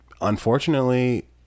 unfortunately